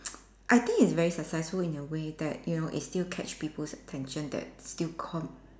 I think it's very successful in a way that you know it still catch people's attention that still come